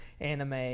anime